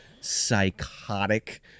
psychotic